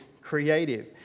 creative